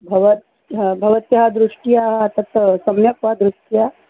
भवत् हा भवत्याः दृष्ट्या तत् सम्यक् वा दृष्ट्या